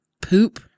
poop